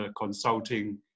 consulting